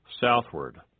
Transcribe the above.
southward